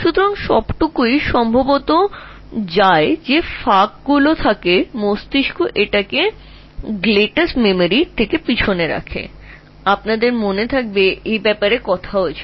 সুতরাং সেই জিনিসটির সমস্ত কিছুই সম্ভবত ভেতরে ঢুকে যায় যা কিছু ফাঁক থাকে তা মস্তিষ্ক gestalt স্মৃতি থেকে ফিরিয়ে দেবে মনে করে দেখ এটি সম্পর্কে কথা হয়েছে